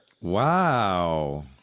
Wow